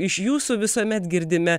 iš jūsų visuomet girdime